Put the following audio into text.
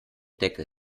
deckel